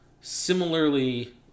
similarly